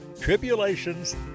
tribulations